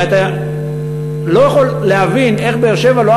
הרי אתה לא יכול להבין איך באר-שבע לא